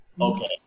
okay